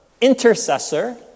intercessor